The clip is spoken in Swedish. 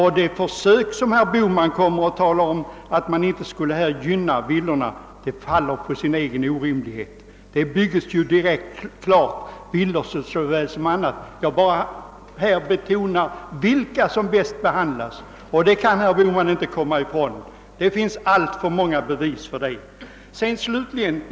Herr Bohmans påstående att vi inte skulle vilja gynna villorna faller på sin egen orimlighet. Det byggs ju villor lika väl som andra bostäder. Jag har bara betonat vilka boendeformer som behandlas bäst, och vilken grupp det är kan herr Bohman inte komma ifrån — det finns alltför många bevis för det.